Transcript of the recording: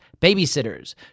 babysitters